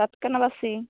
টাটকা না বাসি